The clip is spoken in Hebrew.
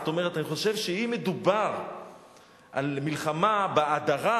זאת אומרת, אני חושב שאם מדובר על מלחמה בהדרה,